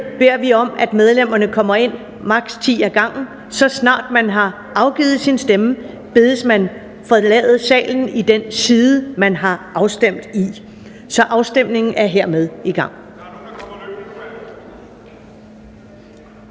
Der stemmes om lovforslagets endelige vedtagelse. Så snart man har afgivet sin stemme, bedes man forlade salen i den side, man har afstemt i. Afstemningen er hermed i gang,